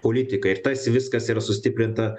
politika ir tas viskas yra sustiprinta